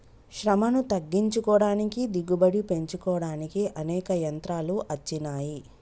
శ్రమను తగ్గించుకోడానికి దిగుబడి పెంచుకోడానికి అనేక యంత్రాలు అచ్చినాయి